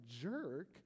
jerk